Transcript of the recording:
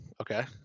Okay